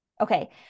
Okay